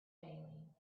failing